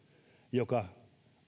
joka